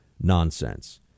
nonsense